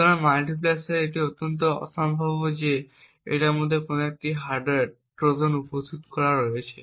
সুতরাং এই মাল্টিপ্লেক্সারে এটি অত্যন্ত অসম্ভাব্য যে তাদের মধ্যে একটি হার্ডওয়্যার ট্রোজান উপস্থিত রয়েছে